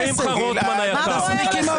מספיק עם